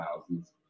thousands